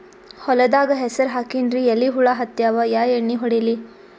ಹೊಲದಾಗ ಹೆಸರ ಹಾಕಿನ್ರಿ, ಎಲಿ ಹುಳ ಹತ್ಯಾವ, ಯಾ ಎಣ್ಣೀ ಹೊಡಿಲಿ?